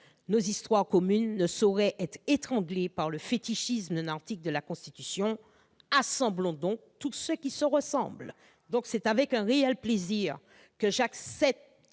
Nos histoires communes ne sauraient être étranglées par le fétichisme d'un article de la Constitution. Assemblons donc tout ce qui se ressemble. Par conséquent, c'est avec un réel plaisir que j'accède